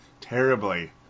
terribly